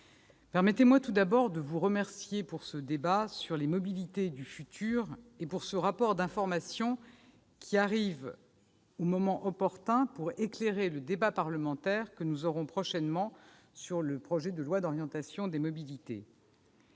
permettez-moi tout d'abord de vous remercier pour ce débat sur les mobilités du futur et pour ce rapport d'information qui arrive au moment opportun pour éclairer le débat parlementaire que nous aurons prochainement sur le projet de loi d'orientation des mobilités.